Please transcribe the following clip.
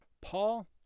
Paul